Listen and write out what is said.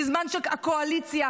בזמן שהקואליציה,